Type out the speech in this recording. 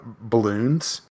balloons